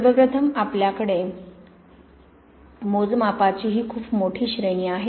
सर्वप्रथम आपल्याकडे मोजमापाची ही खूप मोठी श्रेणी आहे